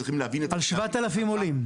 צריכים להבין --- על 7,000 עולים.